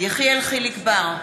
יחיאל חיליק בר,